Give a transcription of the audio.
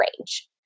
range